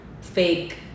fake